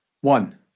One